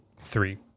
three